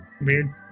Weird